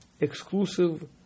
exclusive